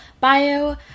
bio